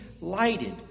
lighted